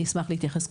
כן, אני אשמח להתייחס.